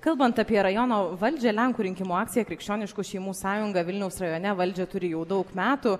kalbant apie rajono valdžią lenkų rinkimų akcija krikščioniškų šeimų sąjunga vilniaus rajone valdžią turi jau daug metų